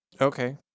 Okay